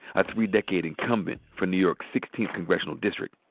a three decade incumbent for new york's sixteenth congressional district.